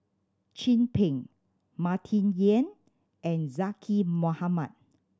Chin Peng Martin Yan and Zaqy Mohamad